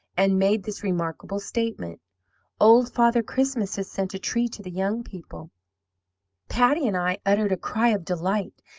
and made this remarkable statement old father christmas has sent a tree to the young people patty and i uttered a cry of delight,